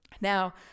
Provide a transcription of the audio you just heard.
now